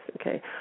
okay